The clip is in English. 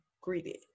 greeted